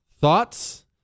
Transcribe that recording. Thoughts